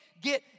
get